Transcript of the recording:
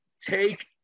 take